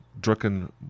drunken